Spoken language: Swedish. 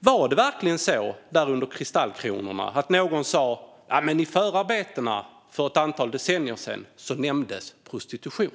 Var det verkligen så, där under kristallkronorna, att någon sa att i förarbetena för ett antal decennier sedan nämndes prostitution?